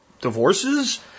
divorces